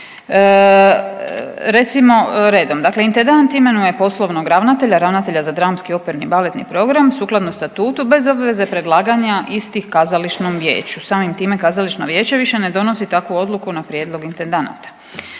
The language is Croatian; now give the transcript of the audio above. Recimo redom, intendant imenuje poslovnog ravnatelja, ravnatelja za dramski, operni i baletni program sukladno statutu bez obveze predlaganja istih kazališnom vijeću, samim time kazališno vijeće više ne donosi takvu odluku na prijedlog intendanata.